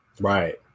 Right